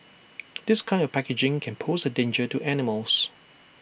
this kind of packaging can pose A danger to animals